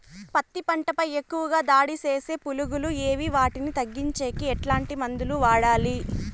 పత్తి పంట పై ఎక్కువగా దాడి సేసే పులుగులు ఏవి వాటిని తగ్గించేకి ఎట్లాంటి మందులు వాడాలి?